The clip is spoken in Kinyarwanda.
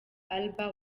alba